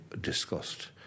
discussed